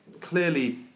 clearly